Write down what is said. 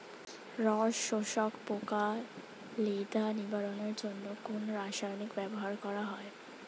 রস শোষক পোকা লেদা নিবারণের জন্য কোন রাসায়নিক ব্যবহার করা হয়?